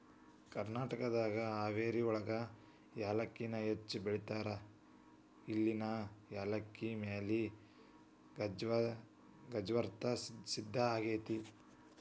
ಕರ್ನಾಟಕದ ಹಾವೇರಿಯೊಳಗ ಯಾಲಕ್ಕಿನ ಹೆಚ್ಚ್ ಬೆಳೇತಾರ, ಇಲ್ಲಿನ ಯಾಲಕ್ಕಿ ಮಾಲಿ ಜಗತ್ಪ್ರಸಿದ್ಧ ಆಗೇತಿ